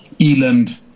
Eland